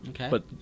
Okay